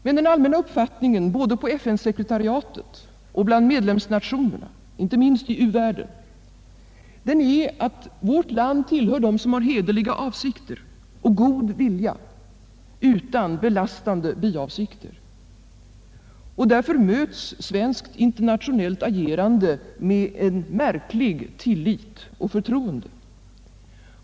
Men den allmänna uppfattningen både på FN-sekretariatet och bland medlemsnationerna, inte minst i u-världen, är att vårt land tillhör dem som har hederliga avsikter och god vilja utan belastande biavsikter. Och därför möts svenskt internationellt agerande med en verklig tillit och med förtroende.